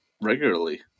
regularly